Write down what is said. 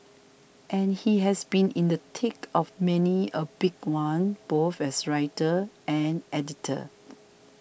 and he has been in the tick of many a big one both as writer and editor